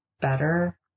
better